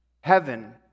heaven